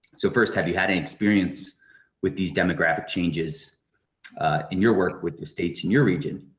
so first, have you had any experience with these demographic changes in your work with the states in your region?